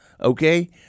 okay